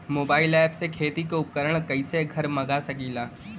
Mobile ऐपसे खेती के उपकरण कइसे घर मगा सकीला?